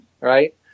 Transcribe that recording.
right